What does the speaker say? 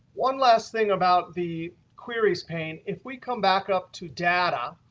one last thing about the queries pane. if we come back up to data,